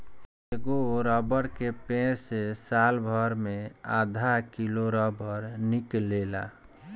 एगो रबर के पेड़ से सालभर मे आधा किलो रबर निकलेला